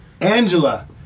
Angela